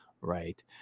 right